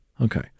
okay